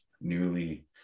newly